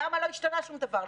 למה לא השתנה שום דבר?